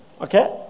Okay